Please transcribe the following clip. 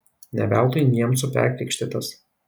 ne veltui niemcu perkrikštytas